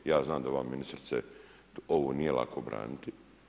Ja znam da vama ministrice ovo nije lako braniti.